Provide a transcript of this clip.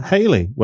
Haley